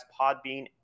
Podbean